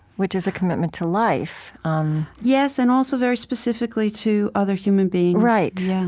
which is a commitment to life um yes, and also very specifically to other human beings right.